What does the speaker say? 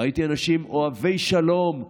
ראיתי אנשים אוהבי שלום,